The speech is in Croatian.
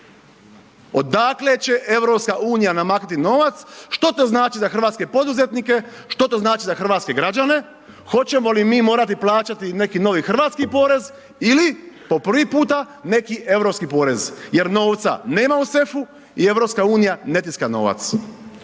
Odakle će EU namaknuti novac, što to znači za hrvatske poduzetnike, što to znači za hrvatske građane? Hoćemo li mi morati plaćati neki novi hrvatski porez ili po prvi puta, neki europski porez? Jer novca nema u sefu i EU ne tiska novac.